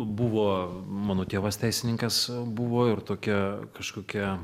buvo mano tėvas teisininkas buvo ir tokia kažkokia